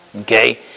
Okay